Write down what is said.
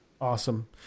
Awesome